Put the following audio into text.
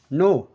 no